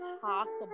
possible